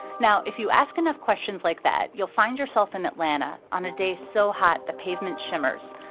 now, if you ask enough questions like that, you'll find yourself in atlanta on a day so hot the pavement shimmers,